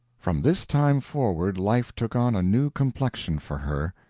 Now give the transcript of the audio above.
from this time forward life took on a new complexion for her.